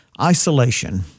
Isolation